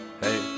hey